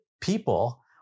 people